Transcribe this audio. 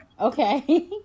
Okay